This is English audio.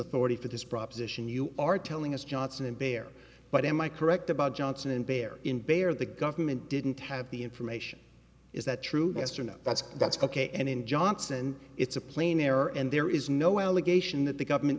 authority for this proposition you are telling us johnson and bear but am i correct about johnson and bear in bear the government didn't have the information is that true mr no that's that's ok and in johnson it's a plain error and there is no allegation that the government